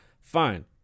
Fine